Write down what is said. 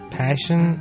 passion